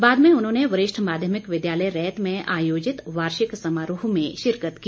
बाद में उन्होंने वरिष्ठ माध्यमिक विद्यालय रैत में आयोजित वार्षिक समारोह में शिरकत की